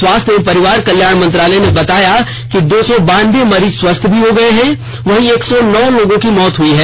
स्वास्थ्य और परिवार कल्याण मंत्रालय ने बताया कि दो सौ बानवे मरीज स्वस्थ हो गए हैं वहीं एक सौ नौ लोगों की मौत हुई है